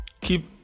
keep